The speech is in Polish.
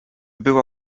była